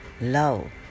love